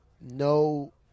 No